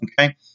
Okay